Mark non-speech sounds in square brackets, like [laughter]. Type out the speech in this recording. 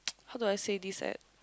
[noise] how do I say this at